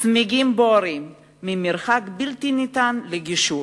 ו"צמיגים בוערים" ממרחק בלתי ניתן לגישור.